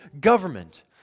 government